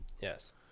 Yes